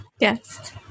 Yes